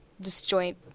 disjoint